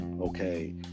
okay